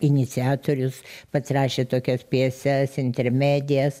iniciatorius pats rašė tokias pjeses intermedijas